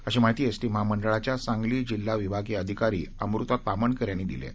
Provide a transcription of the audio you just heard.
अशी माहिती एसटी महामंडळाच्या सांगली जिल्हा विभागीय अधिकारी अमृता ताम्हणकर यांनी दिली आहे